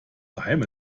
geheim